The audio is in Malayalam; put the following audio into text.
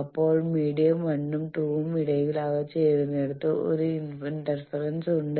അപ്പോൾ മീഡിയം 1 നും 2 നും ഇടയിൽ അവ ചേരുന്നിടത്ത് ഒരു ഇന്റർഫേസ് ഉണ്ട്